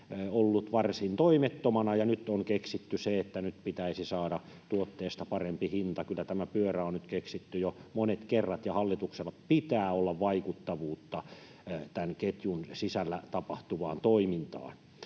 ollut varsin toimettomana, ja nyt on keksitty se, että pitäisi saada tuotteesta parempi hinta. Kyllä tämä pyörä on nyt keksitty jo monet kerrat, ja hallituksella pitää olla vaikuttavuutta tämän ketjun sisällä tapahtuvaan toimintaan.